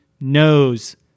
knows